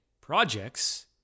projects